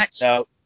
no